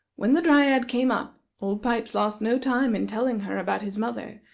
when the dryad came up, old pipes lost no time in telling her about his mother,